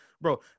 bro